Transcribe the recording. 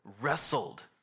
wrestled